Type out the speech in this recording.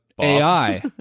AI